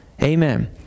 Amen